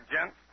gents